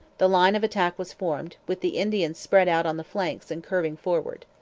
the line of attack was formed, with the indians spread out on the flanks and curving forward.